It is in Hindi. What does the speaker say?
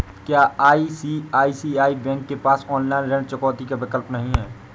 क्या आई.सी.आई.सी.आई बैंक के पास ऑनलाइन ऋण चुकौती का विकल्प नहीं है?